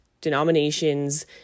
denominations